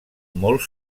molt